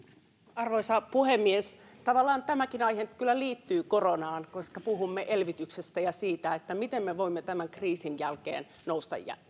arvoisa puhemies tavallaan tämäkin aihe kyllä liittyy koronaan koska puhumme elvytyksestä ja siitä miten me voimme tämän kriisin jälkeen nousta